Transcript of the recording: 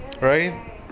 right